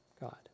God